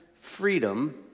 freedom